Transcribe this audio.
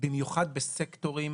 במיוחד בסקטורים